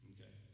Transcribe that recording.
Okay